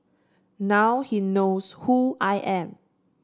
now he knows who I am